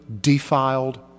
defiled